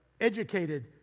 educated